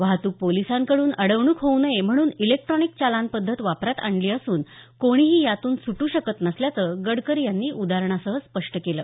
वाहतुक पोलिसांकडून अडवणूक होऊ नये म्हणून इलेक्ट्रॉनिक चालान पद्धत वापरात आणली असून कोणीही यातून सुटू शकत नसल्याचं गडकरी यांनी उदाहरणासहित स्पष्ट केलं